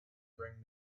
bring